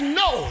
no